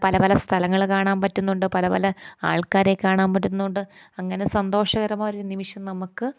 പല പല സ്ഥലങ്ങൾ കാണാൻ പറ്റുന്നുണ്ട് പലപല ആൾക്കാരെ കാണാൻ പറ്റുന്നുണ്ട് അങ്ങനെ സന്തോഷകരമായ ഒരു നിമിഷം നമ്മൾക്ക്